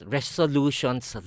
Resolutions